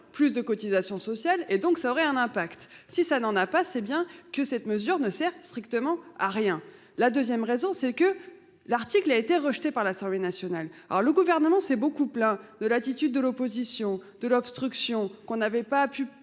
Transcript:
plus de cotisations sociales et donc ça aurait un impact si ça n'en a pas. C'est bien que cette mesure ne sert strictement à rien. La 2ème raison c'est que l'article a été rejeté par l'Assemblée nationale. Alors, le gouvernement s'est beaucoup plaint de l'attitude de l'opposition de l'obstruction, qu'on n'avait pas pu